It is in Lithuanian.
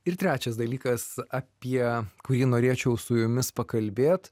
ir trečias dalykas apie kurį norėčiau su jumis pakalbėt